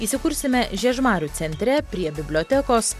įsikursime žiežmarių centre prie bibliotekos